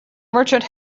merchant